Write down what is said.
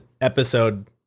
episode